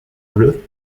bleu